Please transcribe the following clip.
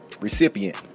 Recipient